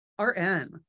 RN